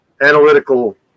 analytical